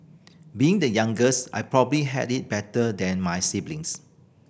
being the youngest I probably had it better than my siblings